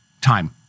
time